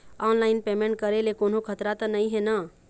Online payment करे ले कोन्हो खतरा त नई हे न?